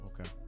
Okay